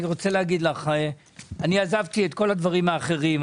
אני רוצה להגיד לך שאני עזבתי את כל הדברים האחרים.